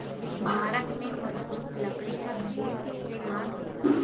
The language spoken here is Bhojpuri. इमारत में मजबूत लकड़ी क खूब इस्तेमाल होला